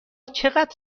چقدر